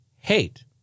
hate